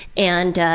and ah,